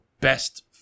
best